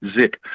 Zip